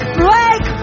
break